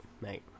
mate